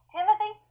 Timothy